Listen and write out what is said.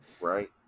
Right